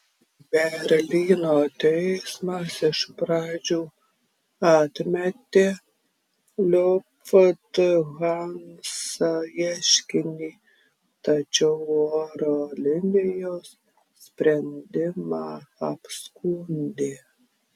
berlyno teismas iš pradžių atmetė lufthansa ieškinį tačiau oro linijos sprendimą apskundė